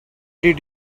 did